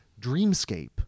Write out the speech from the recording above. Dreamscape